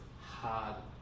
hard